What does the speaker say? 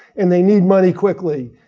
and they need money quickly.